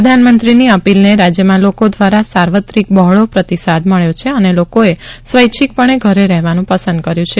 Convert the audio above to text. પ્રધાનમંત્રીની અપીલને રાજ્યમાં લોકો દ્વારા સાર્વત્રિક બહોળો પ્રતિસાદ મળ્યો છે અને લોકોએ સ્વૈચ્છિક પણે ઘરે રહેવાનું પસંદ કર્યું છે